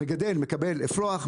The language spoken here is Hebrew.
המגדל מקבל אפרוח,